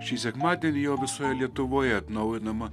šį sekmadienį jau visoje lietuvoje atnaujinama